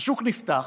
השוק נפתח,